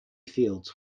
fields